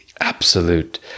absolute